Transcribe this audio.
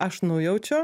aš nujaučiu